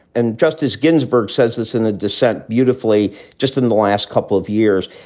and justice ginsburg says this in a dissent beautifully just in the last couple of years,